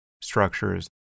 structures